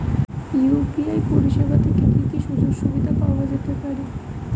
UPI পরিষেবা থেকে কি কি সুযোগ সুবিধা পাওয়া যেতে পারে?